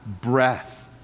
breath